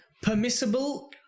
permissible